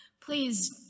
Please